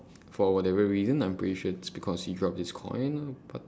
for whatever reason I'm pretty sure it's because he dropped his coin but